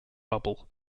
bubble